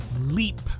Leap